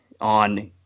on